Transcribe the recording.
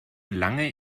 lange